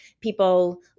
people